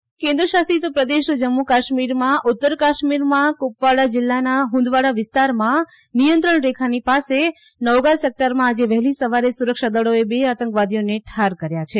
આતંકવાદી કેન્ક્રશાસિત પ્રદેશ જમ્મુ કાશ્મીરમાં ઉત્તર કાશ્મીરના કુપવાડા જીલ્લામાં હુંદવાડા વિસ્તારમાં નિયંત્રણ રેખાની નજીક નૌગાવ સેક્ટરમાં આજે વહેલી સવારે સુરક્ષાદળોએ બે આતંકવાદીઓને ઠાર કર્યા છે